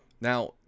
Now